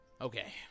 Okay